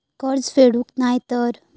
कर्ज फेडूक नाय तर?